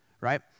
right